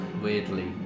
Weirdly